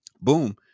Boom